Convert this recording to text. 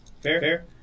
Fair